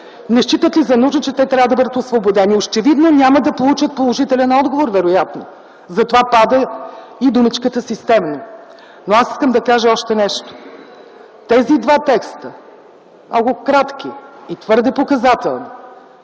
не считат ли за нужно, че те трябва да бъдат освободени. Очевидно, няма да получат положителен отговор. Затова пада и думичката „системно”. Аз искам да кажа още нещо. Тези два текста, много кратки и твърде показателни